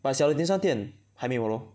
but 小的 dim sum 店还没有 lor